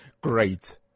great